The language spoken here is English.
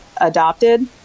adopted